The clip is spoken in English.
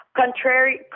contrary